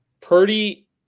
Purdy